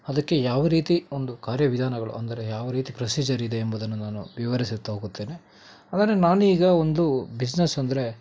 ಅದಕ್ಕೆ ಯಾವ ರೀತಿ ಒಂದು ಕಾರ್ಯವಿಧಾನಗಳು ಅಂದರೆ ಯಾವ ರೀತಿ ಪ್ರೊಸೀಜರ್ ಇದೆ ಎಂಬುದನ್ನು ನಾನು ವಿವರಿಸುತ್ತಾ ಹೋಗುತ್ತೇನೆ ಹಾಗಾದರೆ ನಾನೀಗ ಒಂದು ಬಿಸಿನೆಸ್ ಅಂದರೆ